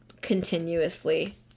continuously